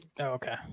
Okay